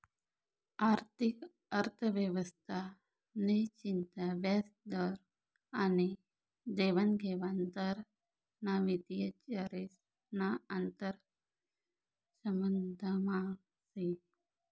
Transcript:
आर्थिक अर्थव्यवस्था नि चिंता व्याजदर आनी देवानघेवान दर ना वित्तीय चरेस ना आंतरसंबंधमा से